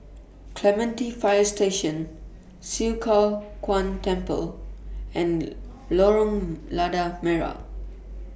Clementi Fire Station Swee Kow Kuan Temple and Lorong Lada Merah